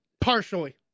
Partially